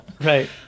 right